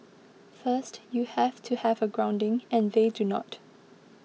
first you have to have a grounding and they do not